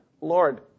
Lord